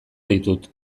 ditut